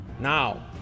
now